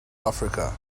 africa